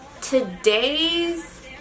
today's